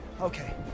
Okay